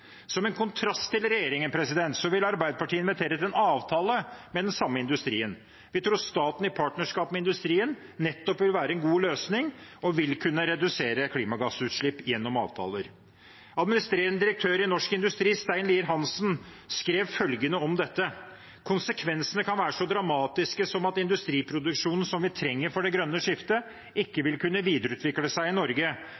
Som en kontrast til regjeringen vil Arbeiderpartiet invitere til en avtale med den samme industrien. Vi tror staten i partnerskap med industrien nettopp vil være en god løsning og vil kunne redusere klimagassutslipp gjennom avtaler. Administrerende direktør i Norsk Industri, Stein Lier-Hansen, skrev følgende om dette: «Konsekvensene kan være så dramatiske som at industriproduksjon som vi trenger for det grønne skiftet, ikke